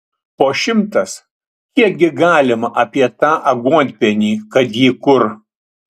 po šimtas kiekgi galima apie tą aguonpienį kad jį kur